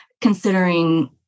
considering